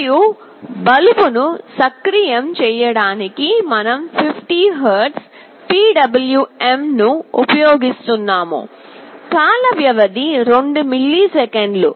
మరియు బల్బును సక్రియం చేయడానికి మనం 50 Hz PWM ను ఉపయోగిస్తున్నాము కాల వ్యవధి 20 మిల్లీసెకన్లు